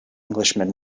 englishman